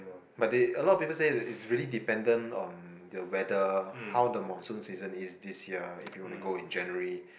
but that a lot of people said is is really dependent on the weather how the monsoon season is this year if you want to go in January